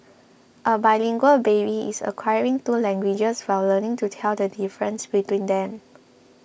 a bilingual baby is acquiring two languages while learning to tell the difference between them